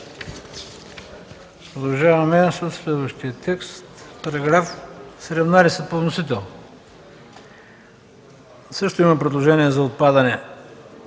има предложение за отпадане,